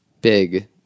big